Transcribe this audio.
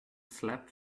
slept